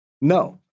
No